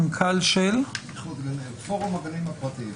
מנכ"ל פורום הגנים הפרטיים.